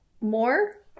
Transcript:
More